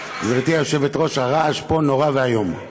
גברתי היושבת-ראש, הרעש פה נורא ואיום.